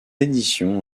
édition